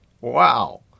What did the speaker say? Wow